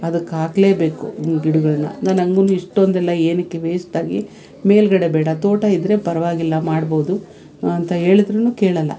ಅದಕ್ಕೆ ಹಾಕಲೇಬೇಕು ಗಿಡಗಳನ್ನ ನಾನು ಹೆಂಗೂ ಇಷ್ಟೊಂದೆಲ್ಲ ಏನಕ್ಕೆ ವೇಸ್ಟಾಗಿ ಮೇಲ್ಗಡೆ ಬೇಡ ತೋಟ ಇದ್ರೆ ಪರ್ವಾಗಿಲ್ಲ ಮಾಡಬೋದು ಅಂತ ಹೇಳಿದ್ರೂ ಕೇಳೋಲ್ಲ